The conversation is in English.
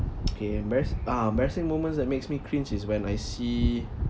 okay embarass~ ah embarrassing moments that makes me cringe is when I see